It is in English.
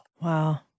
Wow